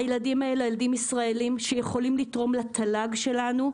הילדים האלה ילדים ישראליים שיכולים לתרום לתל"ג שלנו.